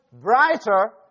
brighter